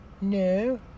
no